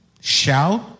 Shout